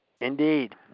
Indeed